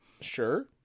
Sure